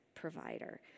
Provider